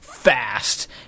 Fast